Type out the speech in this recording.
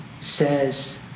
says